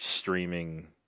streaming